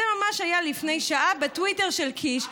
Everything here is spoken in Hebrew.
זה ממש היה לפני שעה בטוויטר של קיש.